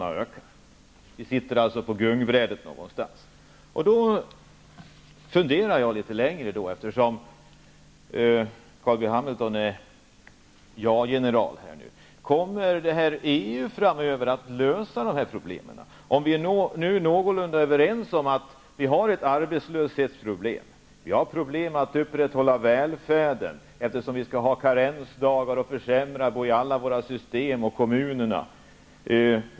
Vi politiker sitter alltså någonstans på gungbrädet. Eftersom Carl B. Hamilton är ja-general och jag funderar litet längre skulle jag vilja fråga om ett inträde i EU skulle lösa de här problemen. Vi är ju någorlunda överens om att vi har ett arbetslöshetsproblem. Vi har problem med att upprätthålla välfärden, eftersom vi skall ha karensdagar, försämra alla våra system och försämra för kommunerna.